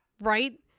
Right